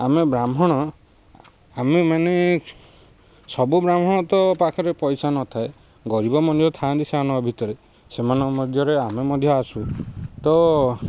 ଆମେ ବ୍ରାହ୍ମଣ ଆମେ ମାନେ ସବୁ ବ୍ରାହ୍ମଣ ତ ପାଖରେ ପଇସା ନଥାଏ ଗରିବ ମଧ୍ୟ ଥାଆନ୍ତି ସେମାନଙ୍କ ଭିତରେ ସେମାନଙ୍କ ମଧ୍ୟରେ ଆମେ ମଧ୍ୟ ଆସୁ ତ